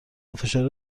فشار